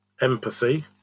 empathy